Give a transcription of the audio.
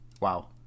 Wow